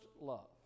love